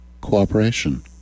cooperation